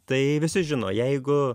tai visi žino jeigu